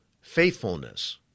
faithfulness